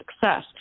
success